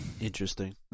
Interesting